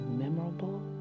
memorable